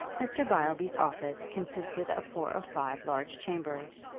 mr. beilby's office consisted of four or five large chambers,